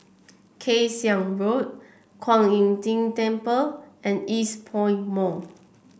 Kay Siang Road Kuan Im Tng Temple and Eastpoint Mall